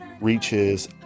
Reaches